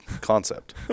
concept